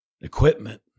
equipment